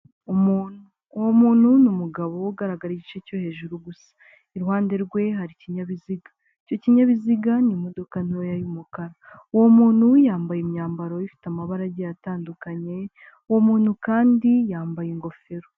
Umuntu. Uwo muntu ni umugabo ugaragara igice cyo hejuru gusa. Iruhande rwe hari ikinyabiziga. Icyo kinyabiziga ni imodoka ntoya y'umukara. Uwo muntu yambaye imyambaro ifite amabara agiye atandukanye, uwo muntu kandi yambaye ingofero.